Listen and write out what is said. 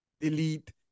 Delete